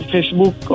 Facebook